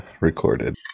recorded